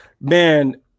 Man